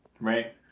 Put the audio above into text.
Right